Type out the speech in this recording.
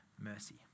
mercy